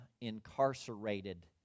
incarcerated